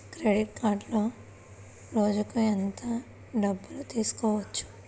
Credit కార్డులో రోజుకు ఎంత డబ్బులు తీయవచ్చు?